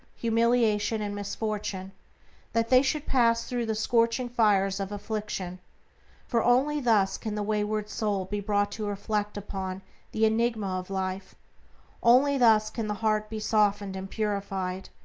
humiliation, and misfortune that they should pass through the scorching fires of affliction for only thus can the wayward soul be brought to reflect upon the enigma of life only thus can the heart be softened and purified,